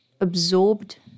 absorbed